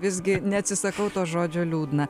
visgi neatsisakau to žodžio liūdna